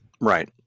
Right